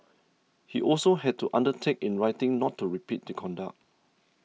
he also had to undertake in writing not to repeat the conduct